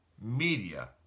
media